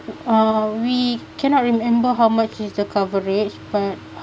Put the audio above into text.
uh we cannot remember how much is the coverage but